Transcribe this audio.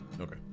Okay